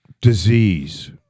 disease